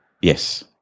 Yes